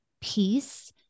peace